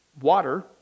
water